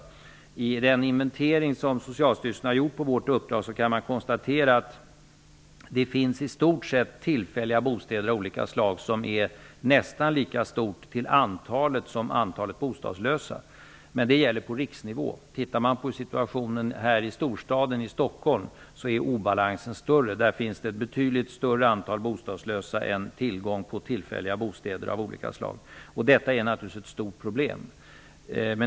Enligt den inventering som Socialstyrelsen gjort på vårt uppdrag finns det i stort sett lika stort antal tillfälliga bostäder av olika slag som antalet bostadslösa. Men det gäller på riksnivå. I storstäderna, som i Stockholm, är obalansen stor. Där finns ett betydligt större antal bostadslösa än tillgång på tillfälliga bostäder av olika slag. Detta är naturligtvis ett stort problem.